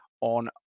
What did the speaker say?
on